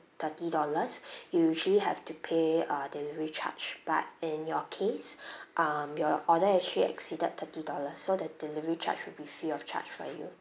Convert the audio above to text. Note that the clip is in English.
thirty dollars you usually have to pay uh delivery charge but in your case um your order actually exceeded thirty dollars so the delivery charge will be free of charge for you